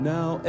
Now